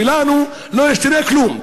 ולנו לא ישתנה כלום.